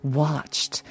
watched